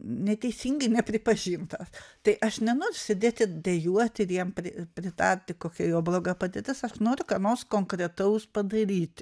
neteisingai nepripažintas tai aš nenoriu sėdėti dejuoti ir jam pri pritarti kokia jo bloga padėtis aš noriu ką nors konkretaus padaryti